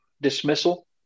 dismissal